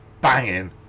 banging